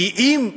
כי אם,